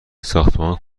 ساختمان